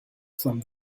from